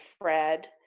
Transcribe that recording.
Fred